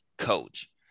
Coach